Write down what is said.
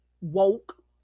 woke